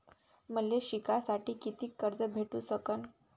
मले शिकासाठी कितीक कर्ज भेटू सकन?